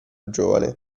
giovane